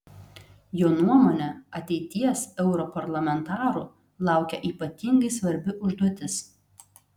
jo nuomone ateities europarlamentarų laukia ypatingai svarbi užduotis